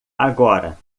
agora